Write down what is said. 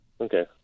Okay